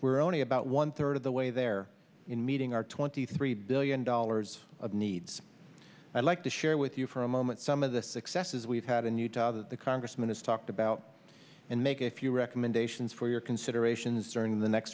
we're only about one third of the way there in meeting our twenty three billion dollars of needs i'd like to share with you for a moment some of the successes we've had in utah that the congressman has talked about and make a few recommendations for your considerations during the next